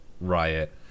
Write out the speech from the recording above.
Riot